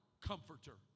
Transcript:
comforter